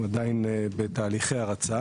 הוא עדיין בתהליכי הרצה